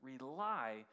rely